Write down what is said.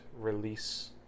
release